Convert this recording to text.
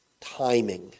timing